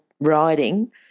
riding